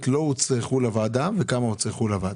לא הזדקקו לוועדה וכמה כן הזדקקו לוועדה.